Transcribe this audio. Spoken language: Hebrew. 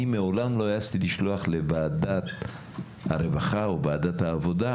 אני מעולם לא העזתי לשלוח לוועדת הרווחה או ועדת העבודה,